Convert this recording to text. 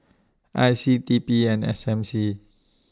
I C T P and S M C